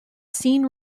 seen